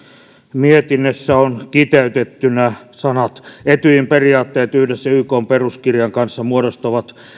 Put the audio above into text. mietinnössä ovat kiteytettynä sanat etyjin periaatteet yhdessä ykn peruskirjan kanssa muodostavat